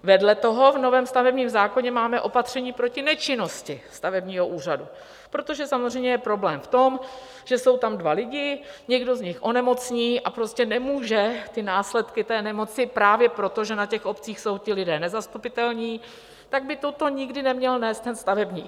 Vedle toho v novém stavebním zákoně máme opatření proti nečinnosti stavebního úřadu, protože samozřejmě je problém v tom, že jsou tam dva lidi, někdo z nich onemocní a prostě nemůže následky té nemoci, právě proto, že na obcích jsou ti lidé nezastupitelní, tak by toto nikdy neměl nést ten stavebník.